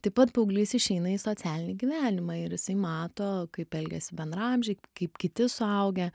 taip pat paauglys išeina į socialinį gyvenimą ir jisai mato kaip elgiasi bendraamžiai kaip kiti suaugę